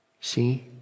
See